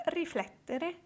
riflettere